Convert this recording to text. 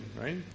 right